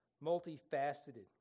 Multi-faceted